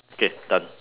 K done